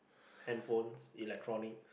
hand phones electronic